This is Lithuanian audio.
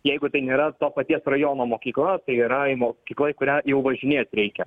jeigu tai nėra to paties rajono mokykla tai yra į mokykla į kurią jau važinėt reikia